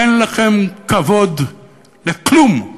אין לכם כבוד לכלום,